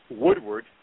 Woodward